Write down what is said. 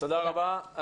תודה רבה.